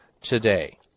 today